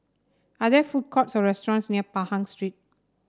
are there food courts or restaurants near Pahang Street